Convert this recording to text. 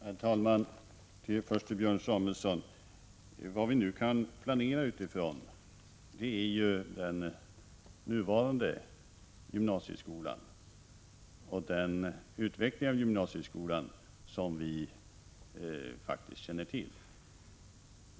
Herr talman! Jag vill först säga några ord till Björn Samuelson. Vad vi nu kan planera utifrån är den nuvarande gymnasieskolan och den utveckling av gymnasieskolan som vi faktiskt känner till.